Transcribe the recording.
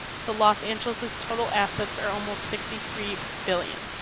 so los angeles's total assets are almost sixty three billion.